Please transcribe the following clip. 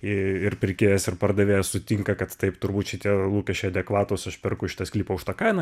ir pirkėjas ir pardavėjas sutinka kad taip turbūt šitie lūkesčiai adekvatūs perku šitą sklypą už tą kainą